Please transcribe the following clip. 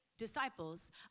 disciples